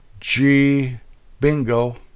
G-bingo